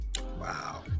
Wow